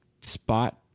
spot